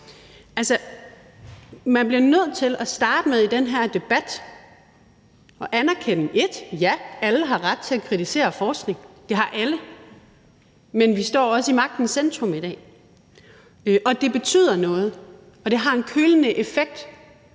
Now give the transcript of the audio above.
man bliver nødt til i den her debat at starte med at anerkende, at alle har ret til at kritisere forskning, det har alle, men vi står også i magtens centrum i dag, og det betyder noget. Og det har en kølende effekt